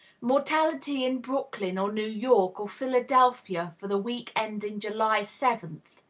mortality in brooklyn, or new york, or philadelphia for the week ending july seventh.